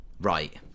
Right